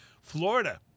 Florida